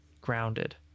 grounded